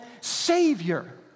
savior